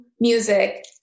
music